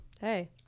Hey